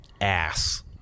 ass